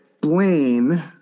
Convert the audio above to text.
blaine